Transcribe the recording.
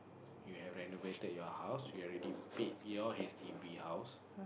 you have renovated your house you have already paid your h_d_b house